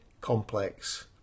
complex